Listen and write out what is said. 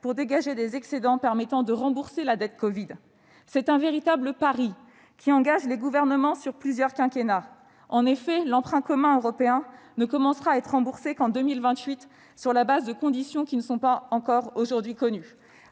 pour dégager des excédents permettant de rembourser la dette covid. C'est un véritable pari qui engage les gouvernements sur plusieurs quinquennats. En effet, l'emprunt commun européen ne commencera à être remboursé qu'en 2028, sur la base de conditions qui ne sont pas encore connues.